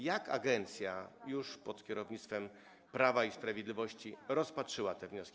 Jak agencja - już pod kierownictwem Prawa i Sprawiedliwości - rozpatrzyła te wnioski?